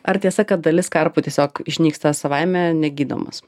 ar tiesa kad dalis karpų tiesiog išnyksta savaime negydomos